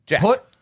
Put